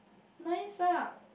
mine lah